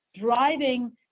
driving